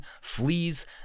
fleas